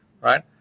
Right